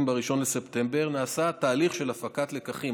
ב-1 בספטמבר נעשה תהליך של הפקת לקחים,